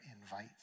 invite